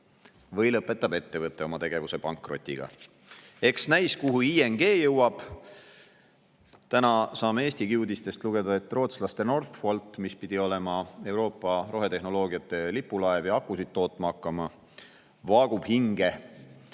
või lõpetab ettevõte oma tegevuse pankrotiga. Eks näis, kuhu ING jõuab. Täna saame Eestigi uudistest lugeda, et rootslaste Northvolt, mis pidi olema Euroopa rohetehnoloogiate lipulaev ja akusid tootma hakkama, vaagub hinge,